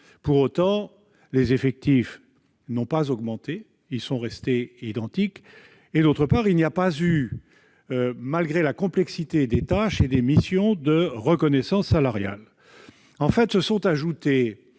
Pour autant, les effectifs n'ont pas augmenté et sont restés identiques. En outre, il n'y a pas eu, malgré la complexité des tâches et des missions, de reconnaissance salariale. En fait, se sont ajoutés